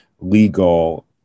legal